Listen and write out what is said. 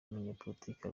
umunyapolitike